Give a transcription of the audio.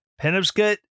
Penobscot